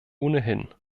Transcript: ohnehin